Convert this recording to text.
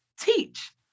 teach